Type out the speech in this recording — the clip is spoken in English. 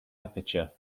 aperture